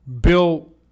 Bill